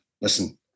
listen